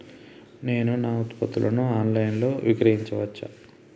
నేను నా ఉత్పత్తులను ఆన్ లైన్ లో విక్రయించచ్చా?